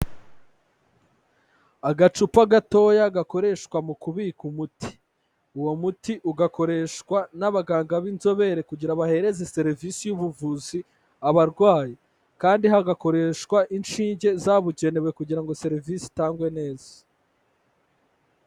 Agacupa gatoya gakoreshwa mu kubika umuti, uwo muti ugakoreshwa n'abaganga b'inzobere kugira ngo baherereza serivisi y'ubuvuzi abarwayi kandi hagakoreshwa inshinge zabukenewe kugira ngo serivisi itangwe neza.